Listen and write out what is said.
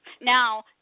Now